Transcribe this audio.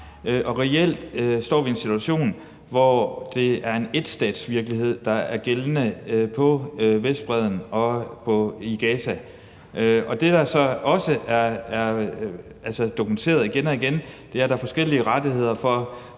reelt står vi i en situation, hvor det er en etstatsvirkelighed, der er gældende på Vestbredden og i Gaza. Det, der så også er dokumenteret igen og igen, er, at der er forskellige rettigheder for